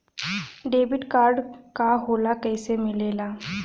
Debit card का होला कैसे मिलेला?